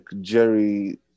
Jerry